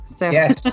Yes